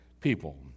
people